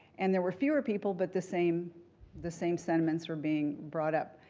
and there were fewer people, but the same the same sentiments were being brought up.